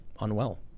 unwell